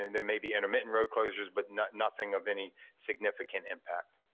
and there may be intermittent road closures, but nothing of any significant impact.